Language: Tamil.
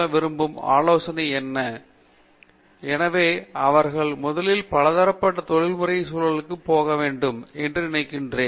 பேராசிரியர் ஸ்ரீகாந்த் வேதாந்தம் எனவே நான் அவர்களை முதலில் பலதரப்பட்ட தொழில்முறை சூழலுக்கு போகவேண்டும் என்றுநினைக்கிறேன்